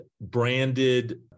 branded